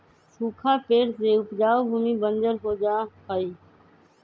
सूखा पड़े से उपजाऊ भूमि बंजर हो जा हई